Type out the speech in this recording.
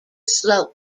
slope